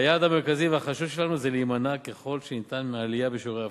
והיעד המרכזי והחשוב שלנו זה להימנע ככל שניתן מהעלייה בשיעורי האבטלה.